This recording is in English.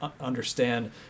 understand